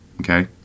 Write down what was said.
okay